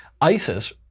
ISIS